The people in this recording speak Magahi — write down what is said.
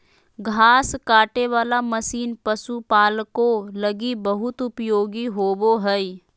घास काटे वाला मशीन पशुपालको लगी बहुत उपयोगी होबो हइ